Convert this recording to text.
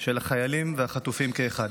של החיילים והחטופים כאחד.